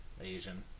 Asian